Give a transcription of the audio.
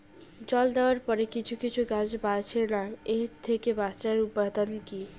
জল দেওয়ার পরে কিছু কিছু গাছ বাড়ছে না এর থেকে বাঁচার উপাদান কী?